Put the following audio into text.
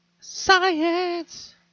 Science